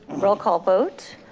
roll call vote.